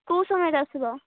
କେଉଁ ସମୟରେ ଆସିବ